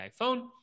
iPhone